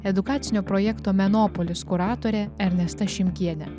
edukacinio projekto menopolis kuratorė ernesta šimkiene